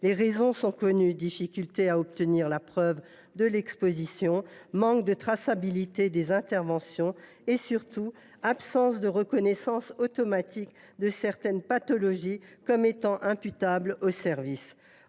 Les raisons en sont connues : difficulté à obtenir la preuve de l’exposition, manque de traçabilité des interventions et, surtout, absence de reconnaissance automatique de certaines pathologies comme étant imputables au service.